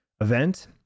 event